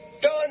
Done